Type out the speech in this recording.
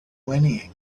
whinnying